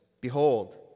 Behold